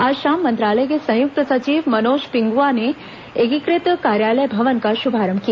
आज शाम मंत्रालय के संयुक्त सचिव मनोज पिंगुआ ने एकीकृत कार्यालय भवन का शुभारंभ किया